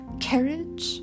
Carriage